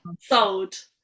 Sold